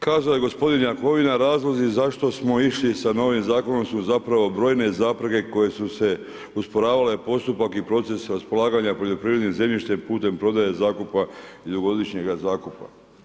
Kazao je gospodin Jakovina, razlozi zašto smo išli sa novim zakonom su zapravo brojne zapreke koje su usporavale postupak i proces raspolaganja poljoprivrednim zemljištem putem prodaje zakupa i dugogodišnjega zakupa.